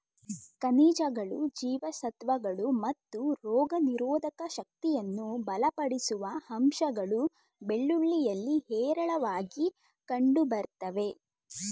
ಖನಿಜಗಳು ಜೀವಸತ್ವಗಳು ಮತ್ತು ರೋಗನಿರೋಧಕ ಶಕ್ತಿಯನ್ನು ಬಲಪಡಿಸುವ ಅಂಶಗಳು ಬೆಳ್ಳುಳ್ಳಿಯಲ್ಲಿ ಹೇರಳವಾಗಿ ಕಂಡುಬರ್ತವೆ